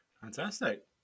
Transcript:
Fantastic